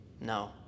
No